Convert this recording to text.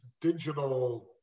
digital